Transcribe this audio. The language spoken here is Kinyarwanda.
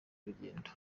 urugendo